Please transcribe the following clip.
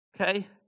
Okay